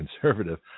conservative